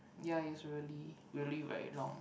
ya is really really very long